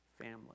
family